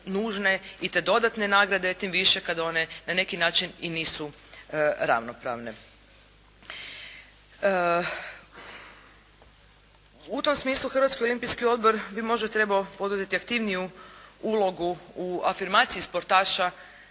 i te dodatne nagrade, tim više kad one na neki način i nisu ravnopravne. U tom smislu Hrvatski olimpijski odbor bi možda trebao poduzeti aktivniju ulogu u afirmaciji sportaša